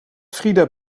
frieda